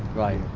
right.